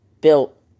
built